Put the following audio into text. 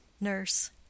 Nurse